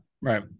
Right